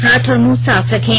हाथ और मुंह साफ रखें